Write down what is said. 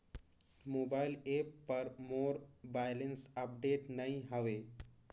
mobile app पर मोर balance update नई हवे